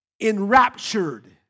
Enraptured